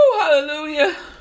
Hallelujah